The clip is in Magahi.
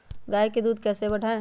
गाय का दूध कैसे बढ़ाये?